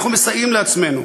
אנחנו מסייעים לעצמנו.